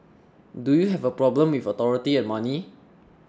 do you have a problem with authority and money